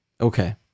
Okay